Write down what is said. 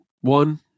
one